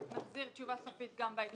ואז אנחנו נחזיר תשובה סופית גם בהקשר הזה.